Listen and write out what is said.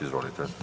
Izvolite.